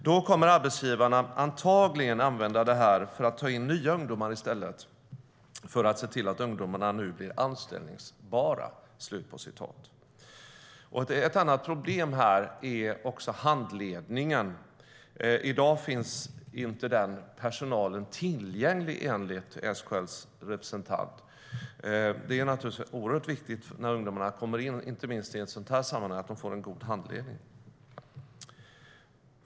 Då kommer arbetsgivarna antagligen använda det här för att ta in nya ungdomar i stället för att se till att ungdomarna nu blir anställningsbara." Ett annat problem är handledningen. Enligt SKL:s representant finns den personalen inte tillgänglig i dag. Det är givetvis viktigt att ungdomarna, inte minst i ett sådant här sammanhang, får en god handledning när de kommer in på en arbetsplats.